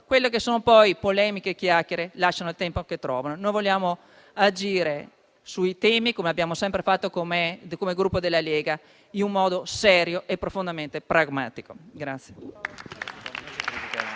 attuale. Le polemiche e le chiacchiere lasciano il tempo che trovano. Noi vogliamo agire sui temi, come abbiamo sempre fatto come Gruppo Lega, in modo serio e profondamente pragmatico.